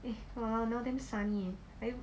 eh !walao! now damn sunny leh